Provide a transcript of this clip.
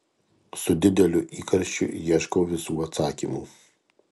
su dideliu įkarščiu ieškau visų atsakymų